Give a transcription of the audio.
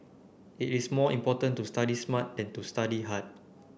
it is more important to study smart than to study hard